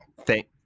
Thank